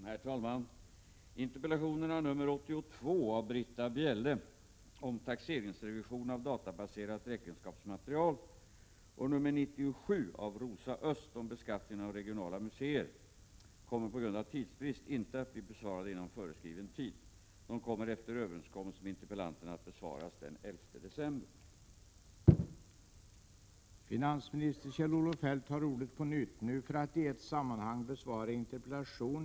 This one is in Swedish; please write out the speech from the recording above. Herr talman! Interpellationerna nr 5 av Nic Grönvall om rätt för svenska företag till vissa investeringar i utländska företag, nr 53 av Ingemar Eliasson om den aviserade omsättningsskatten på värdepapper och nr 59 av Nils G Åsling om hushållssparandet kommer på grund av svårigheter att finna lämplig dag inte att besvaras inom föreskriven tid. Efter överenskommelse med interpellanterna har beslutats att svaren kommer att avges den 20 november.